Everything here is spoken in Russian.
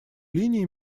линии